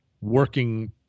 working